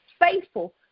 faithful